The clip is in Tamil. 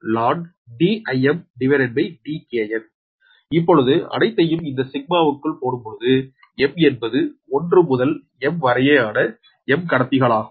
Vki 120m 1Nqmln இப்பொழுது அனைத்தையும் இந்த சிக்மாவுக்குள் போடும்பொழுது m என்பது 1 முதல் m வரையேயான m கடத்திகளாகும்